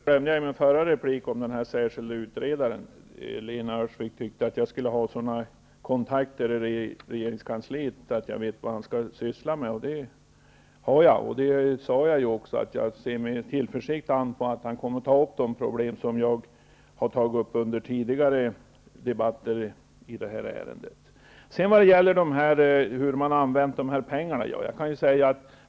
Fru talman! Först och främst glömde jag nämna den särskilde utredaren i min förra replik. Lena Öhrsvik tyckte att jag skulle ha sådana kontakter i regeringskansliet att jag skulle veta vad han sysslar med. Jag har de kontakterna. Jag sade tidigare att jag ser med tillförsikt an på att han kommer att ta upp de problem som jag har talat om i tidigare debatter i ärendet. Vidare har vi frågan om hur pengarna har använts.